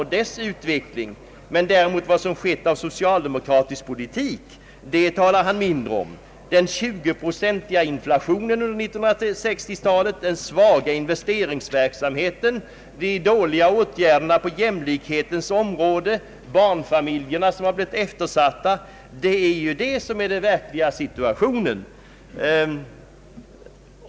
Han talar mindre om vad som skett av socialdemokratisk politik. Den 20-procentiga inflationen under 1960-talet, den svaga investeringsverksamheten, de dåliga åtgärderna på jämlikhetens område, att barnfamiljerna har blivit eftersatta — detta är den verkliga situationen.